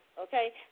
okay